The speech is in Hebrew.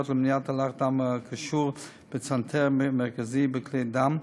למניעת אלח דם הקשור לצנתר מרכזי בכלי דם,